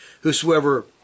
whosoever